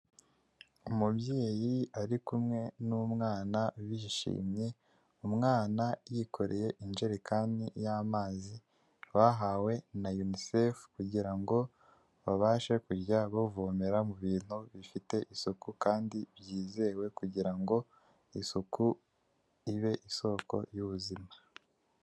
Umubyeyi ari kumwe n'umwana bishimye, umwana yikoreye injerekani y'amazi, bahawe na UNICEF kugirango babashe kujya bavomera mu bintu bifite isuku kandi byizewe kugirango isuku ibe isoko y'ubuzima.